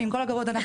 עם כל הכבוד,